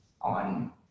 on